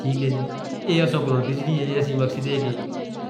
ٹھیک ہے جی، ایہہ ساں کولوں بجلی ہے۔ ایسا مقصد ہے کہ